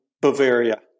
Bavaria